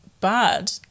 bad